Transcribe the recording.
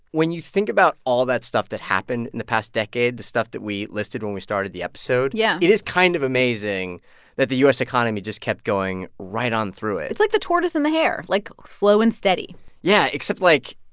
when you think about all that stuff that happened in the past decade, the stuff that we listed when we started the episode. yeah. it is kind of amazing that the u s. economy just kept going right on through it it's like the tortoise and the hare, like slow and steady yeah, except, like,